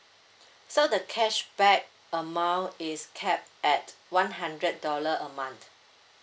so the cashback amount is capped at one hundred dollar a month